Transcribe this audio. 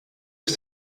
ist